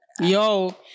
Yo